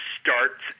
starts